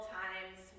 times